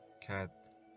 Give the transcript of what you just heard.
cat